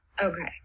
Okay